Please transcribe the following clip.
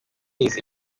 izi